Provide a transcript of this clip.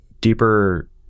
deeper